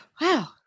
Wow